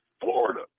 Florida